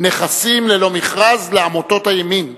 נכסים ללא מכרז לעמותות הימין.